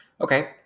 Okay